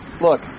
look